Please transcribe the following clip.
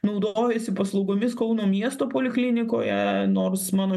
naudojuosi paslaugomis kauno miesto poliklinikoje nors mano